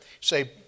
Say